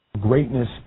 Greatness